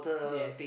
yes